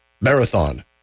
Marathon